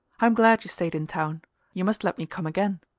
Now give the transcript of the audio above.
i'm glad you stayed in town you must let me come again,